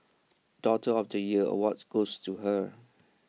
daughter of the year awards goes to her